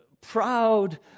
proud